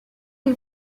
une